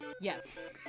Yes